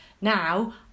now